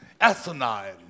asinine